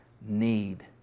need